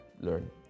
learn